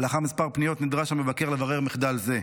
ולאחר כמה פניות נדרש המבקר לברר מחדל זה.